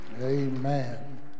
Amen